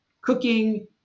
cooking